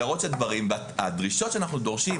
להראות את הדברים והדרישות שאנחנו דורשים